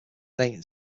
dating